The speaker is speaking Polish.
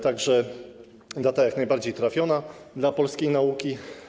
Tak że data jest jak najbardziej trafiona dla polskiej nauki.